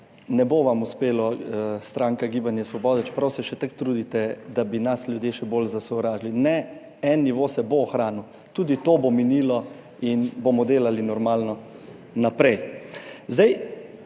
ne bo vam uspelo, stranka Gibanje Svoboda, čeprav se še tako trudite, da bi nas ljudje še bolj zasovražili. Ne, en nivo se bo ohranil, tudi to bo minilo in bomo delali normalno naprej.